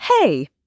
Hey